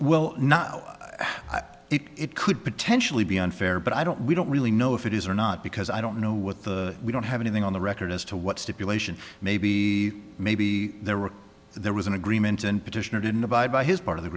well not it could potentially be unfair but i don't we don't really know if it is or not because i don't know what the we don't have anything on the record as to what stipulation may be maybe there were there was an agreement and petitioner didn't abide by his part of the